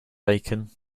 bacon